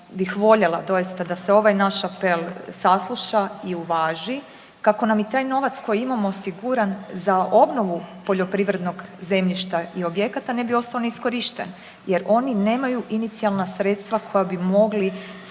bih voljela doista da se ovaj naš apel sasluša i uvaži kako nam i taj novac koji imamo osiguran za obnovu poljoprivrednog zemljišta i objekata ne bi ostao neiskorišten. Jer oni nemaju inicijalna sredstva koja bi mogli sami